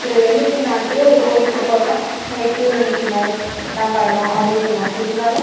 ஒரு வெளிப்பு நான் இப்போ ஒரு கோவிலுக்கு போகிறேன்னா அங்கே கியூவில் நிற்கணும் எல்லாம் பண்ணணும் அப்டின்னு சொல்வாங்க இருந்தாலும்